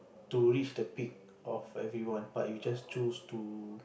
to reach the peak of everyone but you just choose to